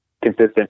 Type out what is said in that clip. consistent